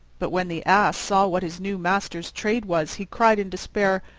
but when the ass saw what his new master's trade was, he cried in despair,